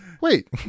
wait